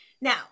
Now